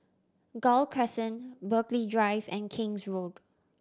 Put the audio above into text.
Gul Crescent Burghley Drive and King's Road